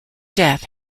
death